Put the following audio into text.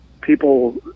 people